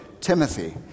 Timothy